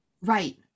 Right